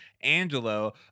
Angelo